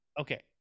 Okay